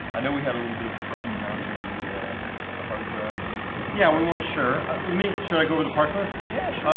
i know we had a little bit of a problem mounting the the hard drive, and yeah, we weren't sure let me should i go over the parts list yes,